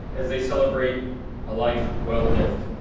as they celebrate a life well lived.